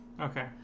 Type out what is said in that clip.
Okay